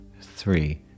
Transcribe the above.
three